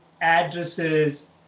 addresses